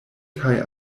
kaj